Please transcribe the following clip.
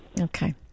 Okay